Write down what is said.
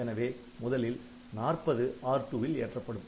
எனவே முதலில் '40' R2 வில் ஏற்றப்படும்